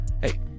Hey